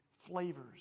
flavors